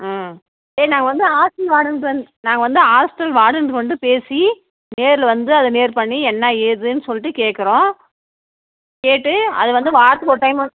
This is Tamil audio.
ம் சரி நாங்கள் வந்து ஹாஸ்டல் வார்டண்ட் வந் நாங்கள் வந்து ஹாஸ்டல் வார்டண்கிட்ட வந்து பேசி நேரில் வந்து அத நேர் பண்ணி என்ன ஏதுன்னு சொல்லிட்டு கேட்குறோம் கேட்டு அத வந்து வாரத்துக்கு ஒரு டைமு